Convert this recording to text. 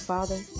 Father